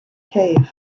cave